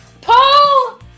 Paul